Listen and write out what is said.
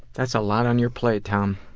that's a lot on your plate, tom.